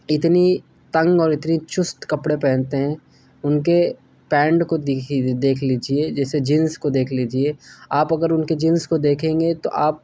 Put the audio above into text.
اتنی تنگ اور اتنی چست کپڑے پہنتے ہیں ان کے پینٹ کو دیکھ لیجیے جیسے جنس کو دیکھ لیجیے آپ اگر ان کے جنس کو دیکھیں گے تو آپ